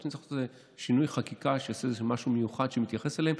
שנצטרך לעשות שינוי חקיקה שיעשה משהו מיוחד שמתייחס אליהם.